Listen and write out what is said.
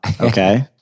Okay